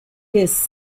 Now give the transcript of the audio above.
his